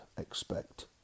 expect